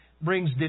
brings